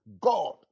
God